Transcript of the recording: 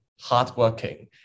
hardworking